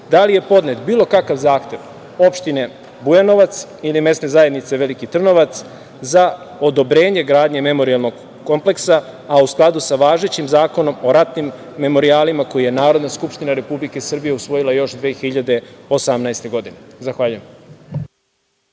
li je podnet bilo kakav zahtev opštine Bujanovac ili Mesne zajednice Veliki Trnovac za odobrenje gradnje memorijalnog kompleksa, a u skladu sa važećim Zakonom o ratnim memorijalima koji je Narodna skupština Republike Srbije usvojila još 2018. godine? Zahvaljujem.